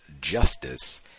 justice